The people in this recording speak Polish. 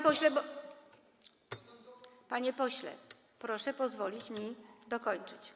Panie pośle, proszę pozwolić mi dokończyć.